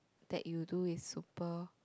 that you do is super